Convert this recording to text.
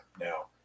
now